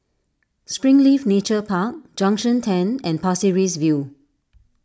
Springleaf Nature Park Junction ten and Pasir Ris View